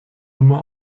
immer